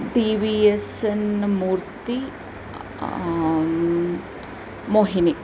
T V S N Murthy Mohini